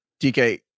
DK